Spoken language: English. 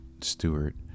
Stewart